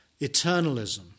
eternalism